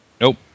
Nope